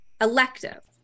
Elective